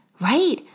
right